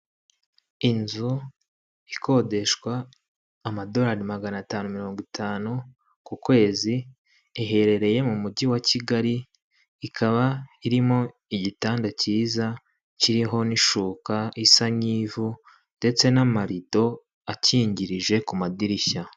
Inzu ikodeshwa amadorari magana atanu mirongo itanu ku kwezi, iherereye mu mujyi wa kigali, ikaba irimo igitanda cyiza kiriho n'ishuka isa nk'ivu ndetse n'amarido akingirije ku madirishya.